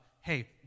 hey